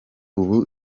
ubu